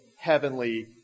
heavenly